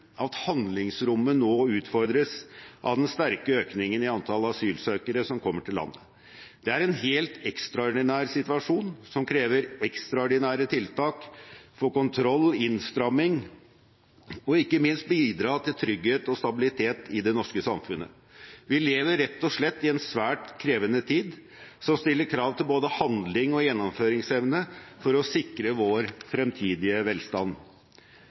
at handlingsrommet nå utfordres av den sterke økningen i antall asylsøkere som kommer til landet. Det er en helt ekstraordinær situasjon som krever ekstraordinære tiltak for kontroll, innstramming og ikke minst at det bidras til trygghet og stabilitet i det norske samfunnet. Vi lever rett og slett i en svært krevende tid, som stiller krav til både handling og gjennomføringsevne for å sikre vår fremtidige velstand.